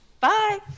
Bye